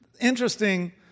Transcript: Interesting